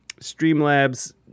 Streamlabs